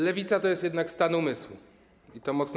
Lewica to jest jednak stan umysłu, i to mocno